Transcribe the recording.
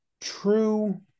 true